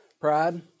Pride